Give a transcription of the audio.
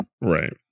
Right